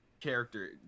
character